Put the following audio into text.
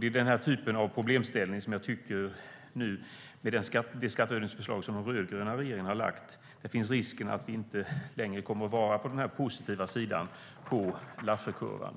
Det är den typen av problemställning som gör att jag tycker att med det skattehöjningsförslag som den rödgröna regeringen har lagt fram finns risken att vi inte längre kommer att vara på den positiva sidan på Lafferkurvan.